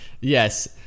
Yes